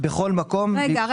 רגע.